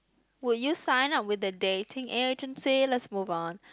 would you sign up with the dating agency let's move on